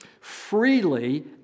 freely